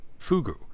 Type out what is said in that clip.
fugu